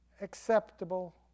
acceptable